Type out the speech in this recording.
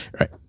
Right